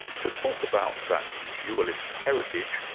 to talk about that dualist heritage,